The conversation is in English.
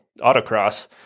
autocross